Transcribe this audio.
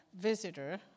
visitor